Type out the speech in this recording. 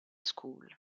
school